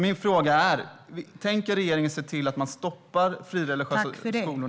Min fråga är: Tänker regeringen se till att man stoppar dessa frireligiösa skolor?